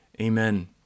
Amen